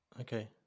okay